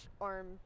arm